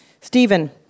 Stephen